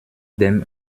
dem